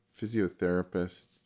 physiotherapist